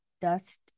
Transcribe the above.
dust